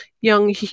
young